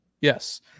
yes